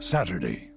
Saturday